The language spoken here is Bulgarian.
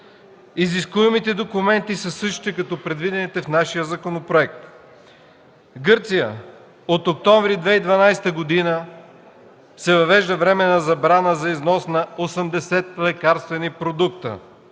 Изискуемите документи са същите като предвидените в нашия законопроект. В Гърция от октомври 2012 г. се въвежда временна забрана за износ на осемдесет лекарствени продукта,